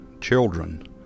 children